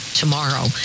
tomorrow